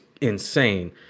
insane